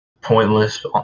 pointless